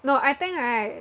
no I think right